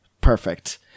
perfect